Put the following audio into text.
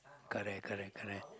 correct correct correct